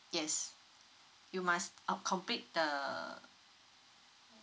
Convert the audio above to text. yes you must uh complete the